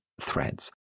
threads